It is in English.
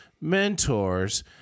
mentors